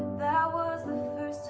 that was the first